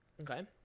Okay